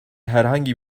herhangi